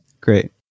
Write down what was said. great